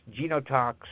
genotox